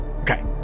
Okay